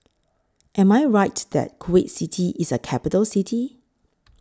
Am I Right that Kuwait City IS A Capital City